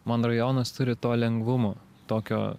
man rajonas turi to lengvumo tokio